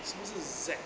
是不是 zack ah